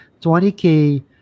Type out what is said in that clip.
20K